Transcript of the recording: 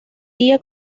día